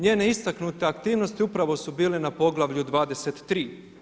Njene istaknute aktivnosti upravo su bile na poglavlju 23.